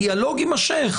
הדיאלוג יימשך,